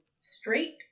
straight